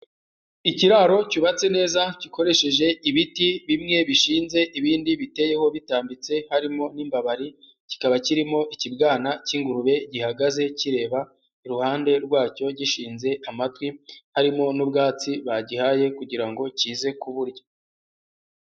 Ikiraro cyubatse neza gikoresheje ibiti bimwe bishinze ibindi biteyeho bitambitse harimo n'imbabari, kikaba kirimo ikibwana cy'ingurube gihagaze kireba iruhande rwacyo gishinze amatwi, harimo n'ubwatsi bagihaye kugira ngo kize kuburya.